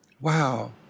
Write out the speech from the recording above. wow